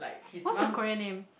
what's his Korean name